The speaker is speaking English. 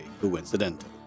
coincidental